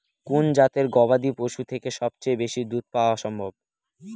কোন জাতের গবাদী পশু থেকে সবচেয়ে বেশি দুধ পাওয়া সম্ভব?